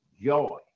joy